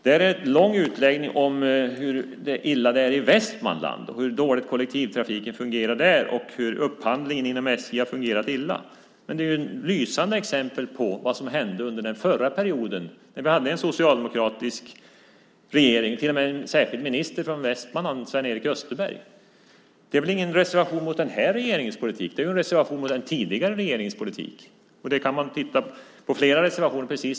Där är en lång utläggning om hur illa det är i Västmanland, hur dåligt kollektivtrafiken fungerar där och att upphandlingen inom SJ har fungerat illa. Det är ett lysande exempel på vad som hände under den förra perioden när vi hade en socialdemokratisk regering och till och med en särskild minister från Västmanland, Sven-Erik Österberg. Det är väl ingen reservation mot den här regeringens politik. Det är en reservation mot den tidigare regeringens politik. Precis samma sak kan man se i flera reservationer.